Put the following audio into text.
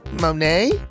monet